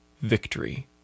victory